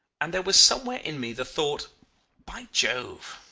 and there was somewhere in me the thought by jove!